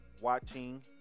watching